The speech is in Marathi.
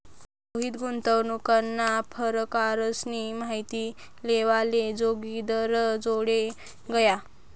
रोहित गुंतवणूकना परकारसनी माहिती लेवाले जोगिंदरजोडे गया